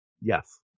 Yes